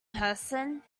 person